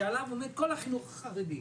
שעליו עומד כל החינוך החרדי.